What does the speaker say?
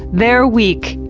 their week,